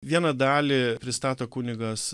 vieną dalį pristato kunigas